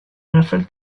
rafale